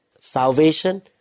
Salvation